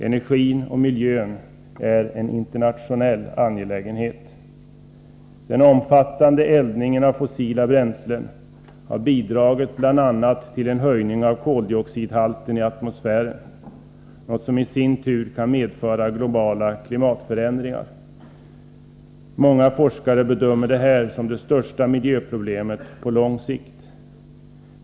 Energin och miljön är internationella angelägenheter. Den omfattande eldningen av fossila bränslen har bl.a. bidragit till en höjning av koldioxidhalten i atmosfären, något som i sin tur kan medföra globala klimatförändringar. Många forskare bedömer detta som det största miljöproblemet på lång sikt.